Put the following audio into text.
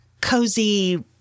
cozy